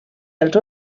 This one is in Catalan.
dels